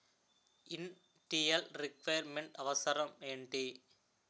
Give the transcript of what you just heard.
Initial requirement అవసరం ఎంటి?